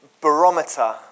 barometer